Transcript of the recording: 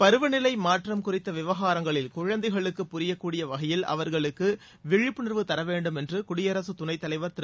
பருவநிலை மாற்றம் குறித்த விவகாரங்களில் குழந்தைகளுக்கு புரியக் கூடிய வகையில் அவர்களுக்கு விழிப்புணர்வு தர வேண்டும் என்று குடியரசுத் துணைத்தலைவர் திரு